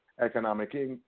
economic